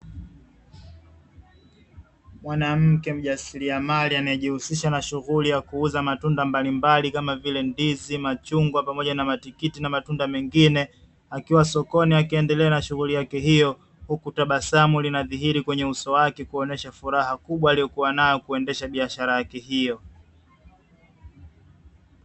Mwanamke mjasiria mali anayejihusisha na shughuli ya kuuza matunda mbalimbali kama vile ndizi, machungwa, pamoja na matikiti na matunda mengine. Akiwa sokoni akiendelea na shughuli yake hiyo huku tabasamu linadhihiri kwenye uso wake kuonyesha furaha kubwa aliyokuwa nayo kuonyesha biashara yake hiyo.